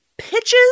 Pitches